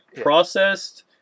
processed